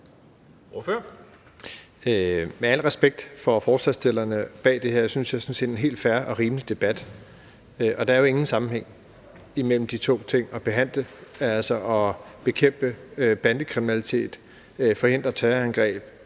Med al respekt for forslagsstillerne bag den her sådan set helt fair og rimelige debat, er der jo ingen sammenhæng imellem de to ting, nemlig at bekæmpe bandekriminalitet, forhindre terrorangreb,